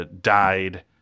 died